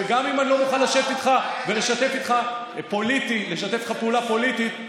וגם אם אני לא מוכן לשבת איתך ולשתף איתך פעולה פוליטית,